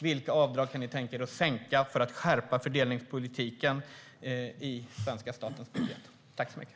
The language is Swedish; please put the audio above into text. Vilka avdrag kan ni tänka er att sänka för att skärpa fördelningspolitiken i svenska statens budget?